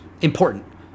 important